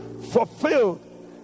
fulfilled